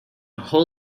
whole